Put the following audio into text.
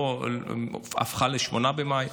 עברה ל-8 במאי,